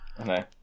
Okay